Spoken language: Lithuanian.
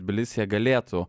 tbilisyje galėtų